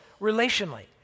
relationally